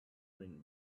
green